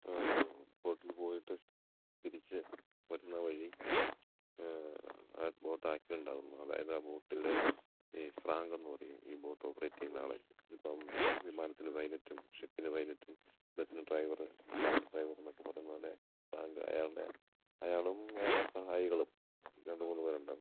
ബോട്ടിൽ പോയിട്ട് തിരിച്ചു വരുന്ന വഴി ആ ബോട്ട് ആക്സിഡൻ്റ് ആകുന്നു അതായത് ആ ബോട്ടിലെ ഈ സ്രാങ്കെന്നു പറയും ഈ ബോട്ട് ഓപ്പറേറ്റ് ചെയ്യുന്ന ആളെ ഇപ്പം വിമാനത്തിന് പൈലറ്റും ഷിപ്പിന് പൈലറ്റും ബസ്സിന് ഡ്രൈവറ് കാറിൻ്റെ ഡ്രൈവർ എന്നൊക്കെ പറയുന്ന പോലെ സ്രാങ്ക് അയാളുടെ അയാളും അയാളുടെ സഹായികളും രണ്ട് മൂന്ന് പേരുണ്ടാവും